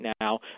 now